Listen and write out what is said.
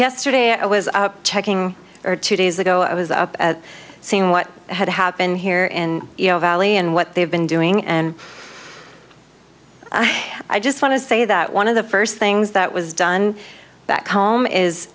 yesterday i was checking or two days ago i was up seeing what had happened here in you know valley and what they've been doing and i just want to say that one of the first things that was done back home is